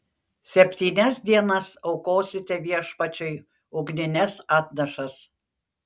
septynias dienas aukosite viešpačiui ugnines atnašas